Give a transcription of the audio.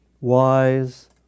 wise